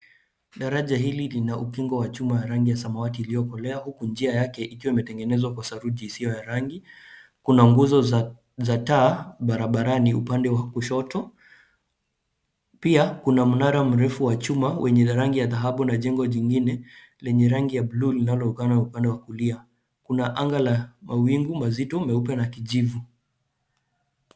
Daraja hili lina ukingo wa chuma ya rangi ya samawati iliyokolea huku njia yake ikiwa imetengenezwa kwa saruji isiyo ya rangi. Kuna nguzo za taa barabarani upande wa kushoto. Pia, kuna mnara mrefu wa chuma wenye rangi ya dhahabu na jengo jingine lenye rangi ya buluu linaloonekana upande wa kulia. Kuna anga la mawingu mazito meupe na kijivu.